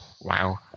Wow